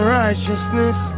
righteousness